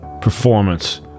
performance